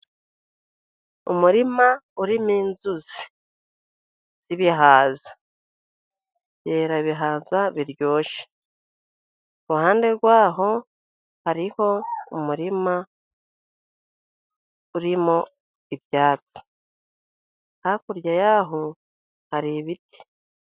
Umurima urimo inzuzi z'ibihaza, zera ibihaza biryoshye, iruhande rwaho hariho umurima urimo ibyatsi, hakurya yaho hari ibiti.